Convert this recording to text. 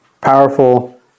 powerful